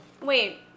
Wait